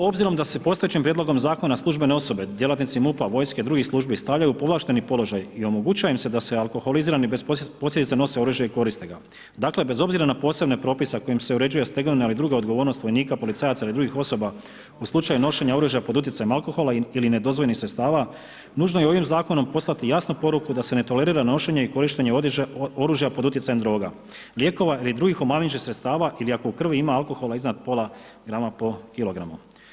Ovo obzirom da se postojećim prijedlogom zakona službene osobe, djelatnici MUP-a, vojske, drugih službi stavljaju u povlašteni položaj i omogućuje im se da alkoholizirani bez posljedica nose oružje i koriste ga dakle, bez obzira na posebne propise kojim se uređuje stegovna ili druga odgovornost vojnika, policajaca ili drugih osoba u slučaju nošenja oružja pod utjecajem alkohola ili nedozvoljenih sredstava nužno je ovim zakonom poslati jasnu poruku da se ne tolerira nošenje i korištenje oružja pod utjecajem droga, lijekova ili drugih omamljujućih sredstava ili ako u krvi ima alkohola iznad pola grama po kilogramu.